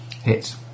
hits